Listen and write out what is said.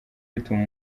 rituma